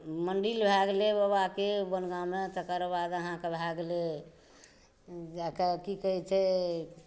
मंडिल भए गेलै बाबाके बनगाममे तकर बाद अहाँकेॅं भए गेलै जाए कऽ की कहै छै